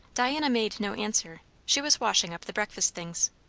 diana made no answer she was washing up the breakfast things.